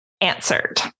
answered